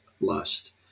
lust